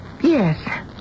Yes